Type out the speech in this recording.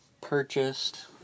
purchased